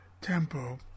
Tempo